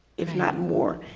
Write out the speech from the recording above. if not more.